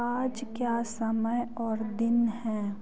आज क्या समय और दिन है